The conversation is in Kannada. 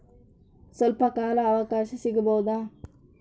ಸ್ವಲ್ಪ ಕಾಲ ಅವಕಾಶ ಸಿಗಬಹುದಾ?